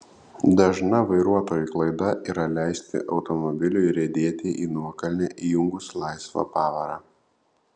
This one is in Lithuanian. dažna vairuotojų klaida yra leisti automobiliui riedėti į nuokalnę įjungus laisvą pavarą